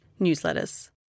newsletters